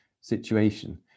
situation